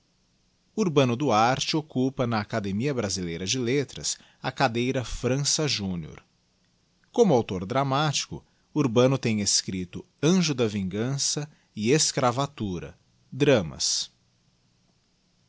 urbano duarte occupa na academia brasileira de letras a cadeira frança júnior como auctor dramático urbano tem escripto anjo da vingança e escravocrata dramas